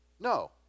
No